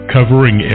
covering